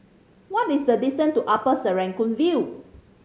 what is the distance to Upper Serangoon View